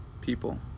people